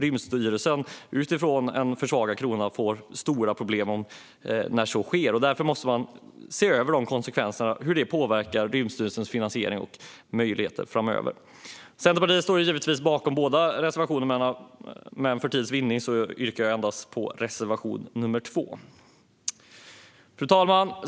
Rymdstyrelsen får stora problem om kronan försvagas. Därför måste man se över konsekvenserna om så sker - hur det påverkar Rymdstyrelsens finansiering och möjligheter framöver. Centerpartiet står givetvis bakom båda dessa reservationer, men för tids vinnande yrkar jag bifall endast till reservation nr 2. Fru talman!